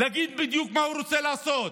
להגיד בדיוק מה הוא רוצה לעשות.